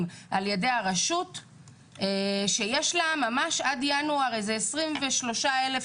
על ידי הרשות כאשר עד ינואר היא צריכה לשלם 23 אלף